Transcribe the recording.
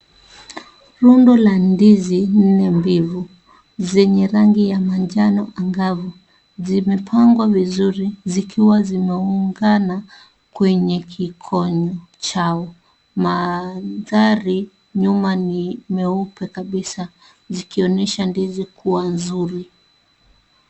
Rundo la ndizi nne mbivu zenye rangi ya manjano angavu, zimepangwa vizuri zikiwa zimeungana kwenye kikundi . Mandhari nyuma ni meupe kabisa zikionyesha ndizi kuwa nzuri.